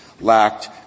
lacked